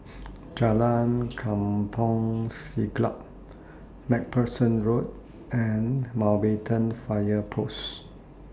Jalan Kampong Siglap MacPherson Road and Mountbatten Fire Post